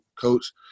coach